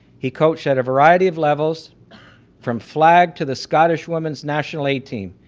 he coached at a variety of levels from flag to the scottish women's national a team,